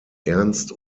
ernst